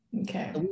okay